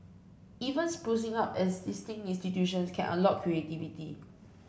even sprucing up existing institutions can unlock creativity